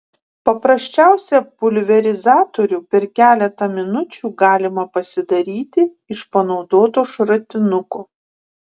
paprasčiausią pulverizatorių per keletą minučių galima pasidaryti iš panaudoto šratinuko